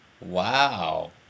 Wow